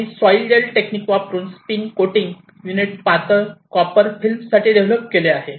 आम्ही sol gel technique वापरून spin coating unit पातळ कॉपर फिल्मसाठी डेव्हलप केले आहे